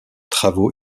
travaux